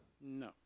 No